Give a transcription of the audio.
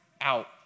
out